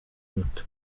muto